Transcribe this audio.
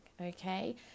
okay